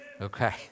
okay